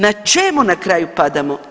Na čemu na kraju padamo?